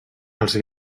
els